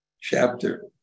chapter